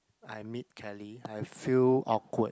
I meet Kelly I'll feel awkward